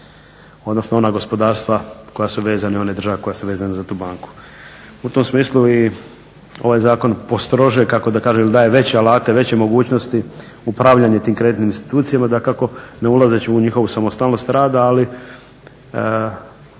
odnosno ona gospodarstva koja su vezana i one države koje su vezane za tu banku. I u tom smislu i ovaj zakon postrožuje kako da kažem daje velike alate, veće mogućnosti upravljanja tim kreditnim institucija, ne ulazeći u njihovu samostalnost rada ali